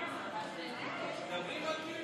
אתה מבין אותי?